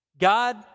God